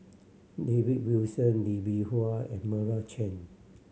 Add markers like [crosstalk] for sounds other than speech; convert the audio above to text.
David Wilson Lee Bee [unintelligible] and Meira Chand